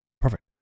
perfect